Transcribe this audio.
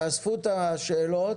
תאספו את השאלות